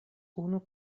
unu